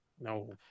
No